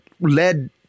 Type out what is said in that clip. led